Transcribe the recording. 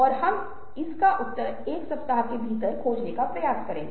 तो यह सिर्फ एक सिद्धांत नहीं है यह सिर्फ अभ्यास है